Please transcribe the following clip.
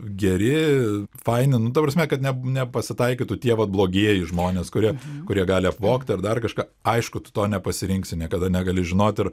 geri faini nu ta prasme kad nepasitaikytų tie va blogieji žmonės kurie kurie gali apvogti ar dar kažką aišku tu to nepasirinksi niekada negali žinot ir